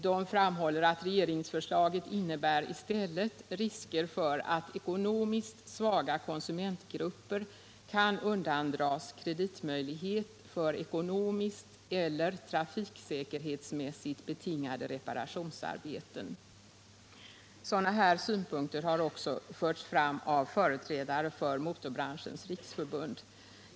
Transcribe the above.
De framhåller också att regeringsförslaget i stället innebär risker för att ekonomiskt svaga konsumentgrupper kan undandras kreditmöjlighet för ekonomiskt eller trafiksäkerhetsmässigt betingade reparationsarbeten. Sådana synpunkter har också förts fram av företrädare för Motorbranschens riksförbund.